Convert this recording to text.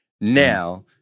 Now